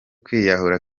kwiyahura